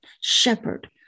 shepherd